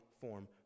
form